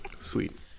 Sweet